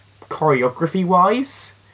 choreography-wise